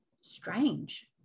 strange